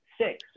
six